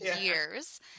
years